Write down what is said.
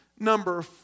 Number